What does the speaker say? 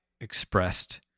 expressed